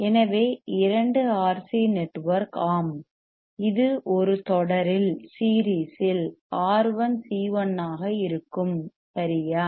எனவே இரண்டு RC network arm இது ஒரு தொடரில் series சீரிஸ் R1 C1 ஆக இருக்கும் சரியா